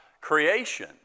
creation